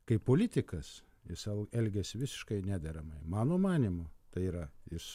kaip politikas jis sau elgiasi visiškai nederamai mano manymu tai yra jis